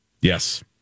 Yes